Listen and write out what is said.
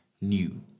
new